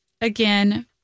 again